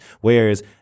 Whereas